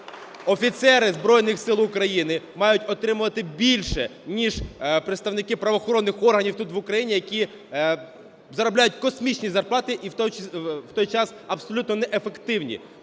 Офіцери Збройних Сил України мають отримувати більше, ніж представники правоохоронних органів тут, в Україні, які заробляють космічні зарплати, і в той час абсолютно неефективні.